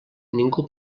ningú